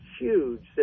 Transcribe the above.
huge